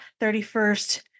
31st